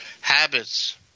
habits